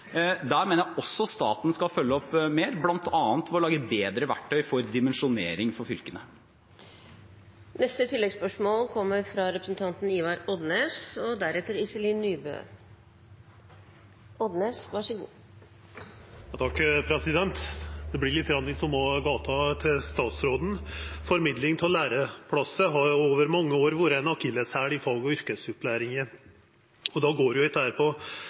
Der mener jeg også at staten skal følge opp mer, bl.a. ved å lage bedre verktøy for dimensjonering for fylkene. Ivar Odnes – til oppfølgingsspørsmål. Det vert litt i same gata til statsråden: Formidling av læreplassar har over mange år vore ein akilleshæl i fag- og yrkesopplæringa. Då går det